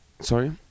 sorry